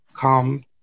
come